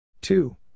Two